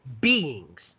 beings